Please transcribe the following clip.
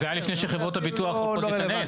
אבל זה היה לפני שחברות הביטוח הולכות להיכנס,